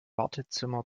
wartezimmer